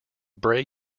bray